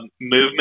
movement